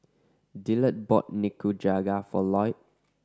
Dillard bought Nikujaga for Lloyd